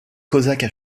cosaques